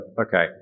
Okay